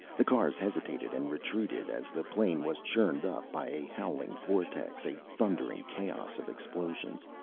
the cars hesitated and retreated, as the plain was churned up by a howling vortex, a thundering chaos of explosions.